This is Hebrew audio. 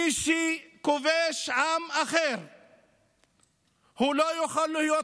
מי שכובש עם אחר לא יכול להיות חופשי,